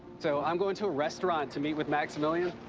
so i'm going to a restaurant to meet with maximilian.